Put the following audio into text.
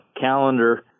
calendar